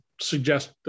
suggest